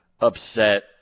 upset